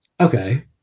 Okay